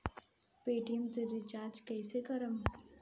Paytm से recharge कईसे करम?